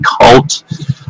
cult